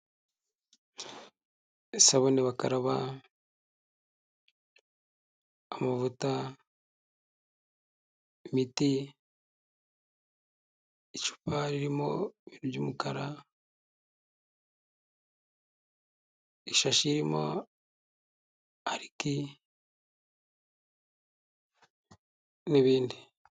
Isabune bakaraba, amavuta, imiti, icupa ririmo ibintu by'umukara, ishashi irimo arigi n'ibindi.